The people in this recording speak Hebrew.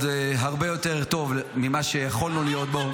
הרבה יותר טוב ממה שיכולנו להיות בו.